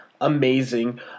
amazing